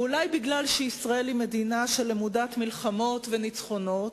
אולי משום שישראל היא מדינה למודת מלחמות וניצחונות,